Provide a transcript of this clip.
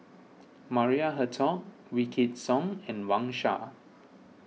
Maria Hertogh Wykidd Song and Wang Sha